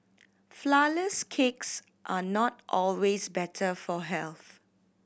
flourless cakes are not always better for health